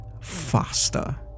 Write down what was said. faster